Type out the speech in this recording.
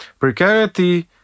precarity